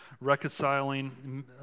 reconciling